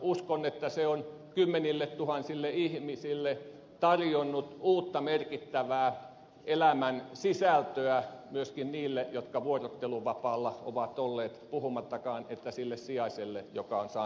uskon että se on kymmenilletuhansille ihmisille tarjonnut uutta merkittävää elämänsisältöä myöskin niille jotka vuorotteluvapaalla ovat olleet puhumattakaan sille sijaiselle joka on saanut työtä